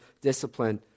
discipline